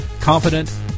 confident